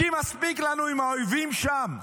כי מספיק לנו עם האויבים שם,